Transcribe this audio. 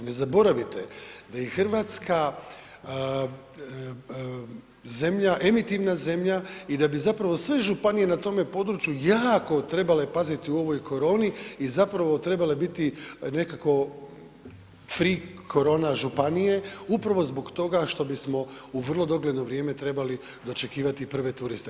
Ne zaboravite da je i Hrvatska zemlja, emitimna zemlja i da bi zapravo sve županije na tome području jako trebale paziti u ovoj koroni i zapravo trebale biti nekako free korona županije upravo zbog toga što bismo u vrlo dogledno vrijeme trebali dočekivati prve turiste.